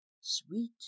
sweet